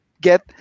get